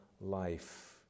life